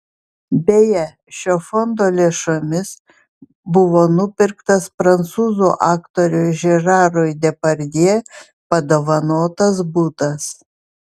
beje šio fondo lėšomis buvo nupirktas prancūzų aktoriui žerarui depardjė padovanotas butas